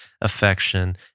affection